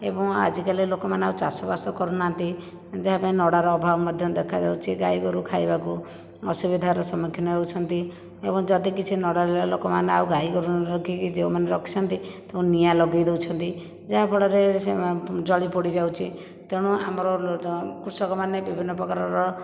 ଏବଂ ଆଜିକାଲି ଲୋକମାନେ ଆଉ ଚାଷବାସ କରୁନାହାନ୍ତି ଯାହାପାଇଁ ନଡ଼ାର ଅଭାବ ମଧ୍ୟ ଦେଖାଯାଉଛି ଗାଈଗୋରୁ ଖାଇବାକୁ ଅସୁବିଧାର ସମ୍ମୁଖୀନ ହେଉଛନ୍ତି ଏବଂ ଯଦି କିଛି ନ ରହିଲା ଲୋକମାନେ ଆଉ ଗାଈଗୋରୁ ନ ରଖିକି ଯେଉଁମାନେ ରଖିଛନ୍ତି ତାକୁ ନିଆଁ ଲଗେଇ ଦେଉଛନ୍ତି ଯାହାଫଳରେ ସେ ଜଳିପୋଡ଼ି ଯାଉଛି ତେଣୁ ଆମର କୃଷକମାନେ ବିଭିନ୍ନ ପ୍ରକାରର